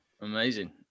amazing